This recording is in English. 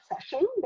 session